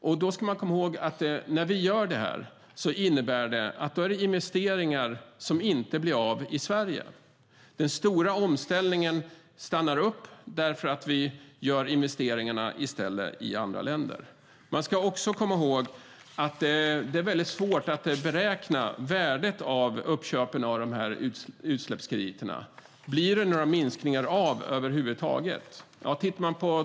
Vi ska komma ihåg att när vi gör det innebär det att investeringar inte blir av i Sverige. Den stora omställningen stannar upp eftersom vi i stället gör investeringarna i andra länder. Vi ska också komma ihåg att det är svårt att beräkna värdet av uppköpen av utsläppskrediterna. Blir det några minskningar av över huvud taget?